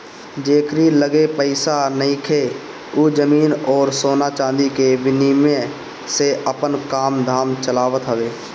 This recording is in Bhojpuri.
जेकरी लगे पईसा नइखे उ जमीन अउरी सोना चांदी के विनिमय से आपन काम धाम चलावत हवे